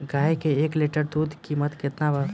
गाय के एक लीटर दूध कीमत केतना बा?